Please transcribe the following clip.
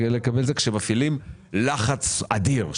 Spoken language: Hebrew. כשמפעילים לחץ אדיר.